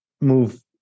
move